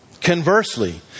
Conversely